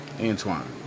Antoine